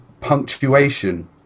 punctuation